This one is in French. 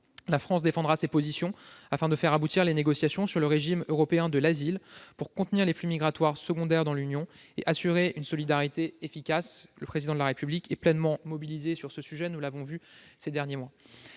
la France défendra ses positions afin de faire aboutir les négociations sur le régime européen de l'asile pour contenir les flux migratoires secondaires dans l'Union européenne et assurer une solidarité efficace ; le Président de la République est pleinement mobilisé sur ce sujet. Elle soutiendra